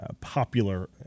popular